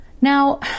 Now